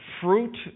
fruit